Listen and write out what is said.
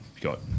got